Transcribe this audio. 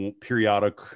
periodic